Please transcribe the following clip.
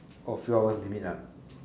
oh few hours limit ah